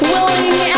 Willing